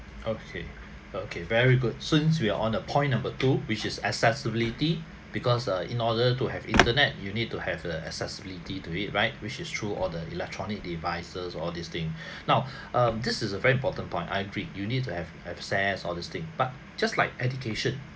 okay okay very good soon we are on a point number two which is accessibility because uh in order to have internet you need to have the accessibility to it right which is through all the electronic devices all these thing now um this is a very important point I agree you need to have access all these thing but just like education